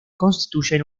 constituyen